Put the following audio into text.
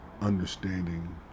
understanding